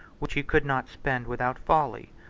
which he could not spend without folly,